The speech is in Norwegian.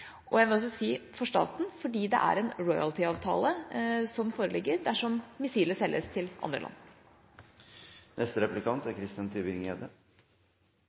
og jeg vil også si for staten, fordi det foreligger en royaltyavtale dersom missilet selges til andre land.